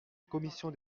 commission